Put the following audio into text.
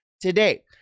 today